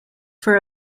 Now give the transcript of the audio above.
for